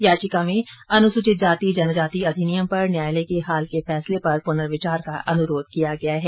याचिका में अनुसूचित जाति जनजाति अधिनियम पर न्यायालय के हाल कर्क फैसले पर पुनर्विचार का अनुरोध किया गया है